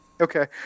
Okay